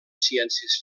ciències